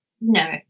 no